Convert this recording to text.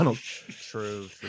True